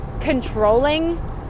controlling